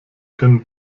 können